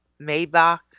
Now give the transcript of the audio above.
Maybach